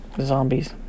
zombies